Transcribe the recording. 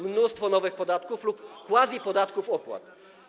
mnóstwo nowych podatków lub quasi-podatków, opłat.